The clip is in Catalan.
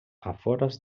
afores